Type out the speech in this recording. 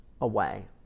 away